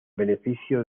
beneficio